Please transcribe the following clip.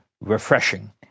refreshing